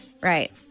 Right